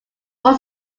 all